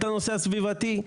הנושא הסביבתי.